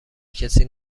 کسی